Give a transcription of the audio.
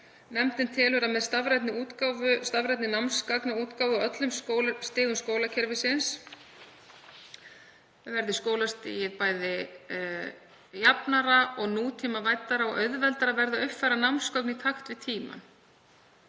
Nefndin telur að með stafrænni námsgagnaútgáfu á öllum skólastigum skólakerfisins verði skólakerfið bæði jafnara og nútímavæddara og auðveldara verði að uppfæra námsgögn í takt við tímann.